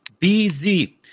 BZ